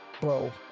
bro